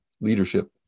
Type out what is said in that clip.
leadership